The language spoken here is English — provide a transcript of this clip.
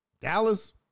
Dallas